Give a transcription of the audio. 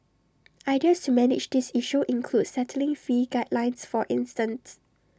ideas to manage this issue include setting fee guidelines for instance